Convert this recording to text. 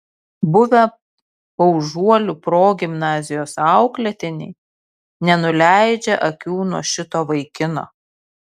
buvę paužuolių progimnazijos auklėtiniai nenuleidžia akių nuo šito vaikino